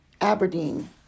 Aberdeen